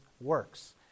works